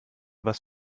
was